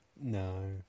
No